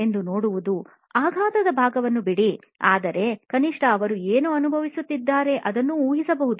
ಎಂದು ನೋಡುವುದು ಆಘಾತದ ಭಾಗವನ್ನು ಬಿಡಿ ಆದರೆ ಕನಿಷ್ಠ ಅವರು ಏನು ಅನುಭವಿಸುತ್ತಿದ್ದಾರೆ ಅದನ್ನು ಊಹಿಸಬಹುದು